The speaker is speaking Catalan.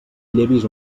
llevis